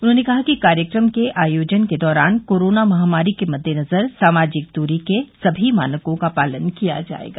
उन्होंने कहा कि कार्यक्रम के आयोजन के दौरान कोरोना महामारी के मद्देनजर सामाजिक दूरी के सभी मानकों का पालन किया जाएगा